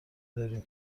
داریم